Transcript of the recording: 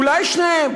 אולי שניהם,